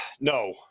No